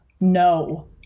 No